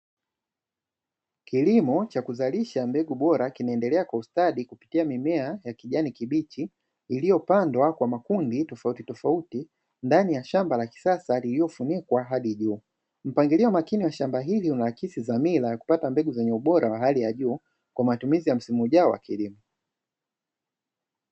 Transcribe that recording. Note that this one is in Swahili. Kilimo cha kuzalisha mbegu bora, kinaendelea kwa ustadi kupitia mimea ya kijani kibichi, iliyopandwa kwa makundi tofauti tofauti ndani ya shamba la kisasa lililofunikwa hadi juu. Mpangilio makini wa shamba hili, unaakisi dhamira ya kupata mbegu zenye ubora wa hali ya juu, kwa matumizi yajayo ya kilimo.